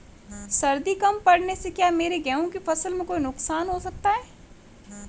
सर्दी कम पड़ने से क्या मेरे गेहूँ की फसल में कोई नुकसान हो सकता है?